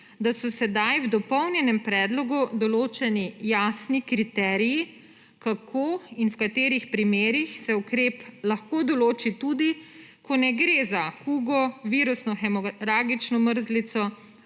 da so sedaj v dopolnjenem predlogu določeni jasni kriteriji, kako in v katerih primerih se ukrep lahko določi tudi, ko ne gre za kugo, virusno hemoragično mrzlico